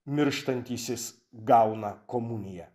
mirštantysis gauna komuniją